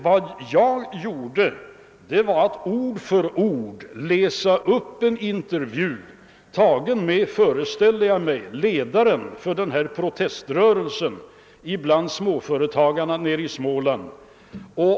Vad jag gjorde var att ord för ord läsa upp en intervju med —— föreställer jag mig — ledaren för proteströrelsen bland småföretagarna i Småland.